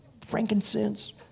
frankincense